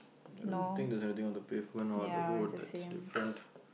I don't think there's anything on the pavement or the roads that's different